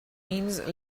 means